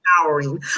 empowering